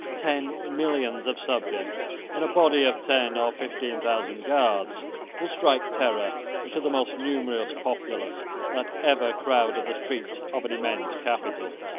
ten millions of subjects and a body of ten or fifteen thousand guards will strike terror into the most numerous populace that ever crowded the streets of an immense capital.